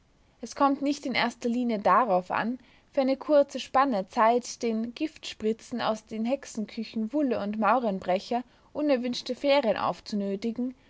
es kommt nicht in erster linie darauf an für eine kurze spanne zeit den giftspritzen aus den hexenküchen wulle und maurenbrecher unerwünschte ferien